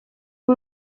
uyu